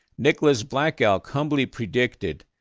nicholas black elk humbly predicted,